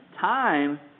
time